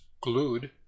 glued